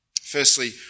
Firstly